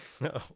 No